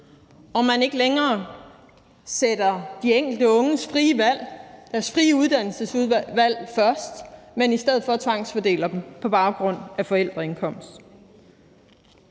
at man ikke længere sætter de enkelte unges frie valg, deres frie uddannelsesvalg først, men i stedet for tvangsfordeler dem på baggrund af forældreindkomst.